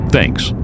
Thanks